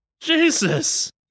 Jesus